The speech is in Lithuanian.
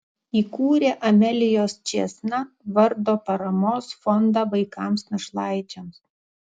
įkūrė amelijos čėsna vardo paramos fondą vaikams našlaičiams